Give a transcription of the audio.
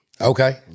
Okay